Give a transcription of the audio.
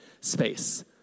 space